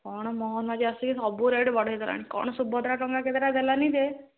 କ'ଣ ମୋହନ ମାଝି ଆସିକି ସବୁ ରେଟ୍ ବଢ଼େଇ ଦେେଲାଣି କ'ଣ ସୁଭଦ୍ରା ଟଙ୍କା କେତେଟା ଦେଲାନି ଯେ